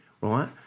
right